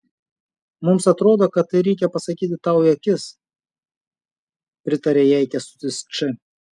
mums atrodo kad tai reikia pasakyti tau į akis pritarė jai kęstutis č